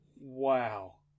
Wow